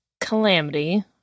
calamity